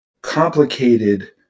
complicated